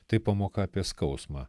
tai pamoka apie skausmą